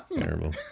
Terrible